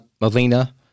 Molina